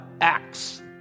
acts